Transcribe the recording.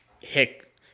hick